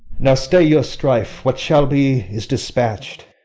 now stay your strife. what shall be is dispatch'd.